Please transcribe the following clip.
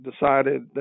decided